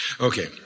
Okay